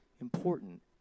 important